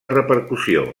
repercussió